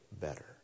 better